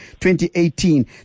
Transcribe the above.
2018